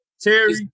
Terry